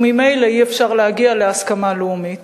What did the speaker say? וממילא אי-אפשר להגיע להסכמה לאומית.